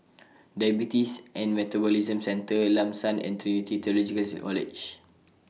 Diabetes and Metabolism Centre Lam San and Trinity Theological C College